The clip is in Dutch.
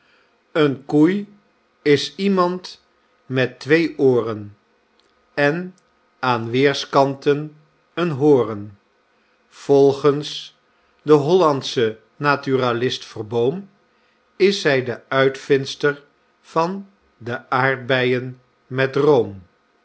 een koei is iemand met twee ooren en aan weêrskanten een horen volgens den hollandschen naturalist verboom is zy de uitvindster van de aardbeien met room